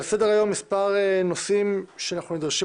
על סדר-היום מספר נושאים שאנחנו נדרשים